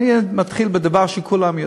אני מתחיל מדבר שכולם יודעים,